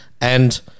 and-